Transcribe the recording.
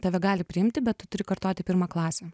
tave gali priimti bet tu turi kartoti pirmą klasę